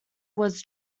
was